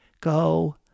go